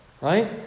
right